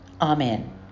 Amen